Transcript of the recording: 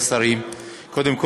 כול,